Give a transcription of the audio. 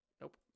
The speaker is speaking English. nope